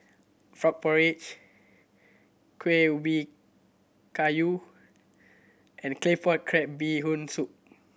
frog porridge Kueh Ubi Kayu and Claypot Crab Bee Hoon Soup